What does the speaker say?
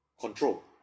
control